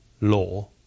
law